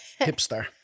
hipster